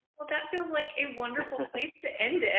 well, that feels like a wonderful place to end it.